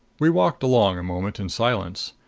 we walked along a moment in silence.